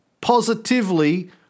positively